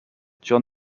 john